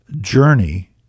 journey